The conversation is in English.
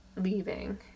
leaving